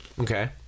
Okay